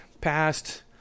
passed